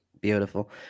Beautiful